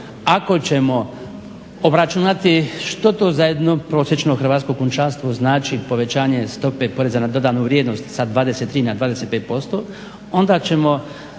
ako ćemo obračunati što to za jedno prosječno hrvatsko kućanstvo znači povećanje stope PDV-a sa 23 na 25% onda ćemo